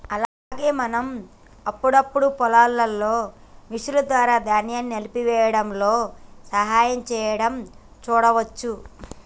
అలాగే మనం అప్పుడప్పుడు పొలాల్లో మిషన్ల ద్వారా ధాన్యాన్ని నలిపేయ్యడంలో సహాయం సేయడం సూడవచ్చు